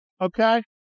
Okay